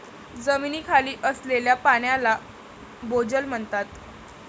जमिनीखाली असलेल्या पाण्याला भोजल म्हणतात